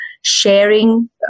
sharing